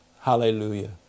Hallelujah